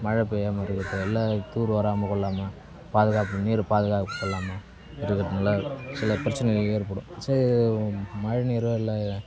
மழை பெய்யாம இருக்கிறது எல்லா தூர் வாராமல் கொள்ளாமல் பாதுகாப்பு நீர் பாதுகாத்து கொள்ளாமல் இருக்குறதுனால் சில பிரச்சனைகள் ஏற்படும் சேர் மழை நீரும் இல்லை